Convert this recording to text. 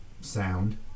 sound